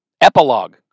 epilogue